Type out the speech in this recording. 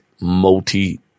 multi